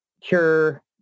cure